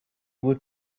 would